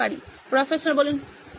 professor খুব ভালো